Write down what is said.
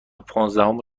پانزدهم